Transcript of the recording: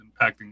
impacting